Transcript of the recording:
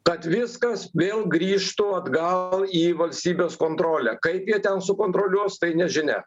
kad viskas vėl grįžtų atgal į valstybės kontrolę kaip jie ten sukontroliuos tai nežinia